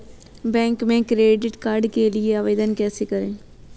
Bank में credit card के लिए आवेदन कैसे करें?